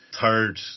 third